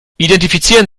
identifizieren